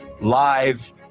live